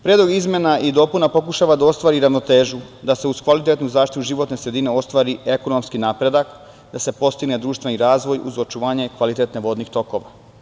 Predlog izmena i dopuna pokušava da ostvari ravnotežu, da se uz kvalitetnu zaštitu životne sredine ostvari ekonomski napredak, da se postigne društveni razvoj, uz očuvanje kvaliteta vodenih tokova.